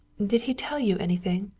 did he tell you anything?